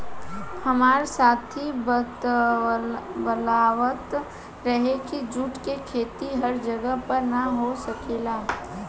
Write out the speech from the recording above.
हामार साथी बतलावत रहे की जुट के खेती हर जगह पर ना हो सकेला